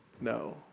no